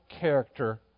character